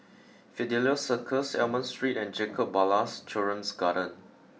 Fidelio Circus Almond Street and Jacob Ballas Children's Garden